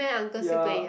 ya